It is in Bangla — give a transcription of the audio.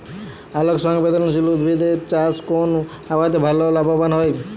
আলোক সংবেদশীল উদ্ভিদ এর চাষ কোন আবহাওয়াতে ভাল লাভবান হয়?